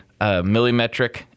millimetric